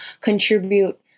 contribute